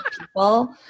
people